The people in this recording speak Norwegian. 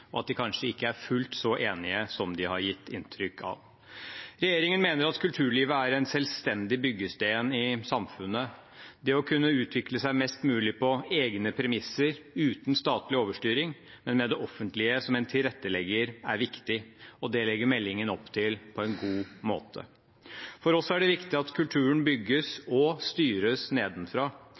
og at de kanskje ikke er fullt så enige som de har gitt inntrykk av. Regjeringen mener kulturlivet er en selvstendig byggestein i samfunnet. Det å kunne utvikle seg mest mulig på egne premisser uten statlig overstyring, men med det offentlige som en tilrettelegger, er viktig, og det legger meldingen opp til på en god måte. For oss er det viktig at kulturen bygges og styres nedenfra.